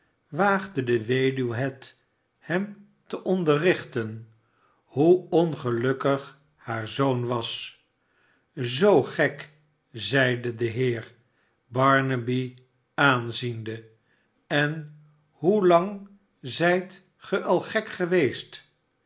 waagde de weduwe bet hem te onderrichten hoe ongelukkig haar zoon was zoo gek zeide de heer barnaby aanziende en hoelang zijt ge al gek geweest